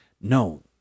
No